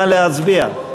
נא להצביע.